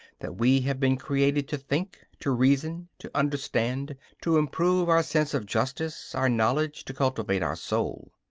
that we have been created to think, to reason, to understand, to improve our sense of justice, our knowledge, to cultivate our soul.